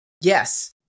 Yes